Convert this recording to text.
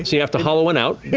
you have to hollow one out.